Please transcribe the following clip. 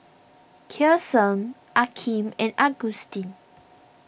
Kyson Akeem and Agustin